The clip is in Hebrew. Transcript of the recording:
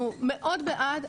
אנחנו מאוד בעד,